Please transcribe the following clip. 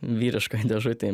vyriškoj dėžutėj